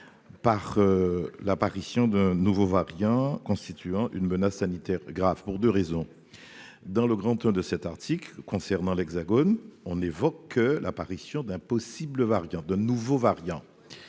par l'apparition de nouveaux variants constituant une menace sanitaire grave pour 2 raisons : dans le grand Hall de cet article concernant l'Hexagone on évoque l'apparition d'un possible variant de nouveau variant.